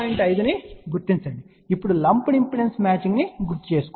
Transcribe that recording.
5 ను గుర్తించండి ఇప్పుడు లంపుడ్ ఇంపెడెన్స్ మ్యాచింగ్ను గుర్తుచేసుకోండి